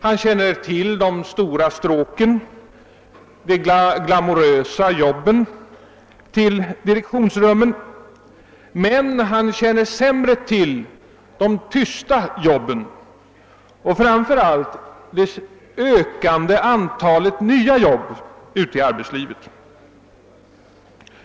Han känner till de stora stråken — de glamourösa jobben — till direktionsrummen, men han känner sämre till de »tysta» jobben och framför allt det ökande antalet nya jobb ute i arbetslivet.